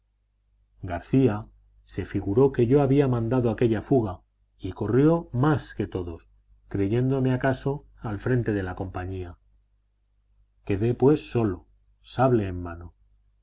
garcía se figuró que yo había mandado aquella fuga y corrió más que todos creyéndome acaso al frente de la compañía quedé pues solo sable en mano